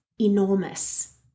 enormous